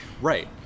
Right